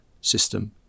system